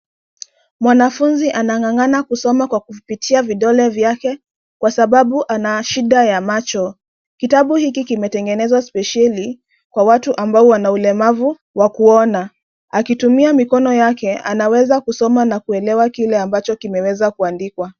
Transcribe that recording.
Mwanafunzi anang'ang'ana kusoma kwa kupitia vidole vyake, kwa sababu ana shida ya macho. Kitabu hiki kimetengenezwa spesheli, kwa watu ambao wana ulemavu wa kuona. Akitumia mikono yake, anaweza kusoma na kuelewa kile ambacho kimeweza kuandikwa.